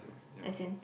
as in